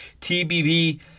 TBB